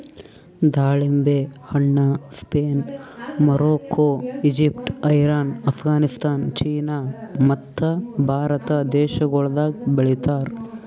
ದಾಳಿಂಬೆ ಹಣ್ಣ Spain, Morocco, Egypt, Iran, Afghanistan, China ಮತ್ತ ಭಾರತ ದೇಶಗೊಳ್ದಾಗ್ ಬೆಳಿತಾರ್